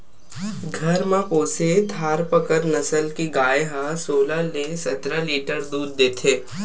घर म पोसे थारपकर नसल के गाय ह सोलह ले सतरा लीटर दूद देथे